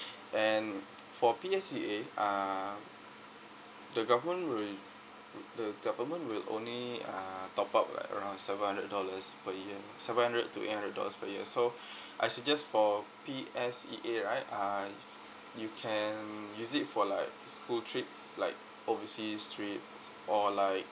and for P_S_E_A uh the government will the government will only uh top up like around seven hundred dollars per year seven hundred to eight hundred dollars per year so I suggest for P_S_E_A right uh you can use it for like school trips like overseas trips or like